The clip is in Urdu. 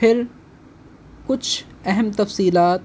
پھر کچھ اہم تفصیلات